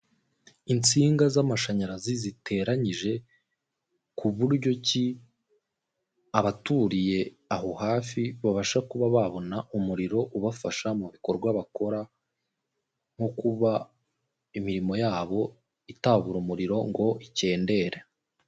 Insinga z'amashanyarazi ziteranyije ku buryo ki abaturiye aho hafi babasha kuba babona umuriro ubafasha mu bikorwa bakora nko kuba imirimo yabo itabura umuriro ngo ikendere.